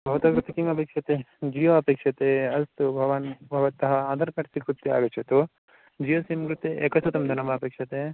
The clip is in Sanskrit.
भवतः कृते किम् अपेक्ष्यते जियो अपेक्ष्यते अस्तु भवान् भवतः आधार् कार्ड् स्विकृत्य आगच्छतु जियो सिम् कृते एकशतं दनमपेक्ष्यते